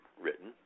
written